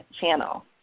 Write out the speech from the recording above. Channel